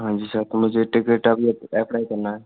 हाँ जी सर मुझे टिकट अभी एप एप्लाई करना है